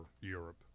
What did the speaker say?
Europe